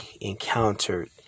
encountered